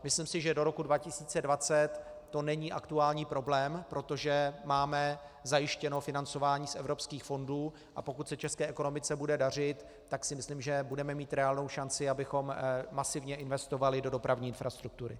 Myslím si, že do roku 2020 to není aktuální problém, protože máme zajištěné financování z evropských fondů, a pokud se české ekonomice bude dařit, tak si myslím, že budeme mít reálnou šanci, abychom masivně investovali do dopravní infrastruktury.